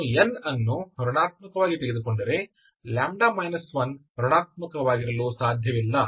ನಾನು n ವನ್ನು ಋಣಾತ್ಮಕವಾಗಿ ತೆಗೆದುಕೊಂಡರೆ λ 1 ಋಣಾತ್ಮಕವಾಗಿರಲು ಸಾಧ್ಯವಿಲ್ಲ